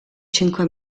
cinque